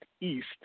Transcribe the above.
east